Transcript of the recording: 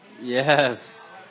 Yes